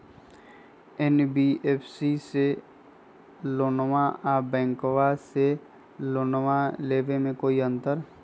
NBFC से लोनमा आर बैंकबा से लोनमा ले बे में कोइ अंतर?